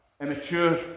immature